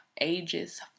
ages